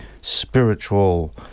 spiritual